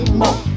more